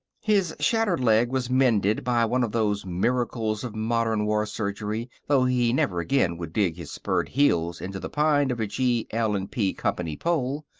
his shattered leg was mended by one of those miracles of modern war surgery, though he never again would dig his spurred heels into the pine of a g. l. and p. company pole.